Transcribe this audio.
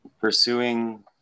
pursuing